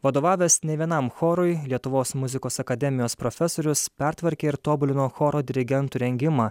vadovavęs nė vienam chorui lietuvos muzikos akademijos profesorius pertvarkė ir tobulino choro dirigentų rengimą